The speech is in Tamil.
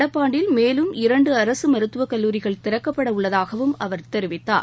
நடப்பாண்டில் மேலும் இரண்டு அரசு மருத்துவக் கல்லூரிகள் திறக்கப்பட உள்ளதாகவும் அவர் தெரிவித்தார்